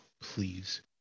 please